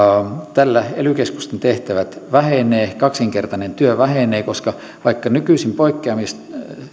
tällä ely keskusten tehtävät vähenevät kaksinkertainen työ vähenee koska vaikka nykyisin poikkeamista